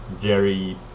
Jerry